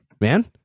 man